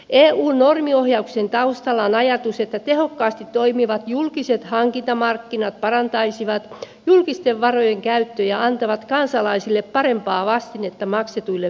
eun normiohjauksen taustalla on ajatus että tehokkaasti toimivat julkiset hankintamarkkinat parantaisivat julkisten varojen käyttöä ja antavat kansalaisille parempaa vastinetta maksetuille